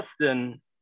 Justin